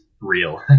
real